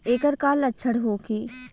ऐकर का लक्षण होखे?